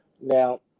Now